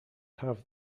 have